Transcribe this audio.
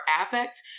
affect